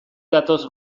datoz